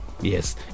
Yes